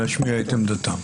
להשמיע את עמדתם.